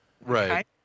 Right